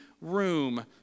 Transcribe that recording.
room